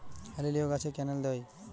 হেলিলিও গাছে ক্যানেল দেয়?